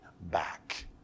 back